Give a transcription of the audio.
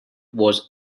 was